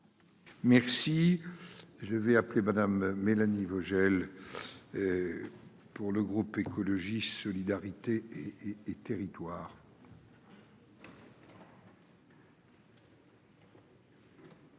Merci. Je vais appeler Madame, Mélanie Vogel. Pour le groupe écologiste solidarité et territoires.